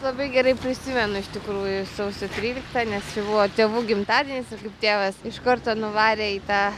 labai gerai prisimenu iš tikrųjų sausio tryliktą nes čia buvo tėvų gimtadienis ir kaip tėvas iš karto nuvarė į tą